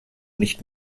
nicht